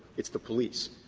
it's the police.